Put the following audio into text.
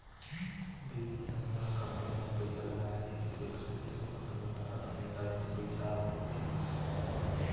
बित्तीय संस्था ह कंपनी म पइसा लगाय रहिथे तेखर सेती ओ कंपनी म अपन एक आदमी बइठा देथे